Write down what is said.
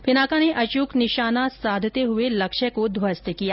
पिनाका ने अचूक निशाने साधते लक्ष्य को ध्वस्त कर दिया